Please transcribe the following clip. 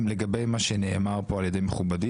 לגבי מה שנאמר כאן על ידי מכובדי,